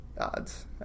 odds